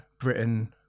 Britain